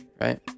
right